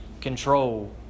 control